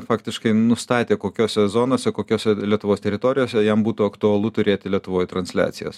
faktiškai nustatė kokiose zonose kokiose lietuvos teritorijose jam būtų aktualu turėti lietuvoj transliacijas